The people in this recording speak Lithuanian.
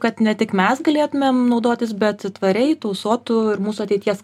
kad ne tik mes galėtumėm naudotis bet tvariai tausotų ir mūsų ateities